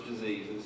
diseases